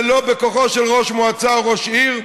זה לא בכוחו של ראש מועצה או ראש עיר,